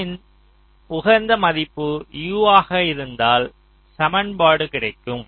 U இன் உகந்த மதிப்பு e ஆக இருந்தால் சமன்பாடு கிடைக்கும்